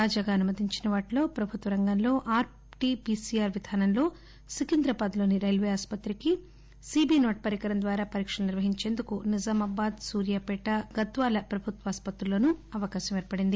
తాజాగా అనుమతించిన వాటిలో ప్రభుత్వ పైద్యంలో ఆర్టీపీసీఆర్ విధానంలో సికింద్రాబాద్లోని రైల్వే ఆసుపత్రికి సీబీ నాట్ పరికరం ద్వారా పరీక్షలు నిర్వహించేందుకు నిజామాబాద్ సూర్చాపేట గద్వాల ప్రభుత్వ ఆసుపత్రుల్లో కొవిడ్ పరీక్షలకు అవకాశం ఏర్పడింది